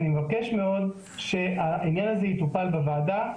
אני מבקש מאוד שהעניין זה יטופל בוועדה,